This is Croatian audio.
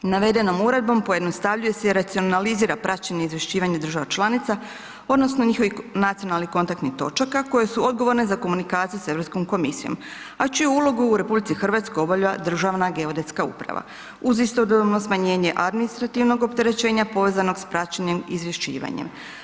Navedenom uredbom pojednostavljuje se i racionalizira praćenje i izvješćivanje država članica odnosno njihovih nacionalnih kontaktnih točaka koje su odgovorne za komunikaciju sa Europskom komisijom, a čiju ulogu u RH obavlja Državna geodetska uprava uz istodobno smanjenje administrativnog opterećenja povezanog s praćenjem i izvješćivanjem.